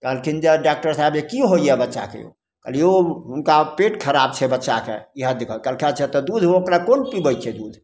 कहलखिन जे डॉकटर साहेब जे कि होइए बच्चाके कहलिए यौ हुनका पेट खराब छै बच्चाके इएह दिक्कत तऽ कहलकै अच्छा दूध ओकरा कोन पिबै छै दूध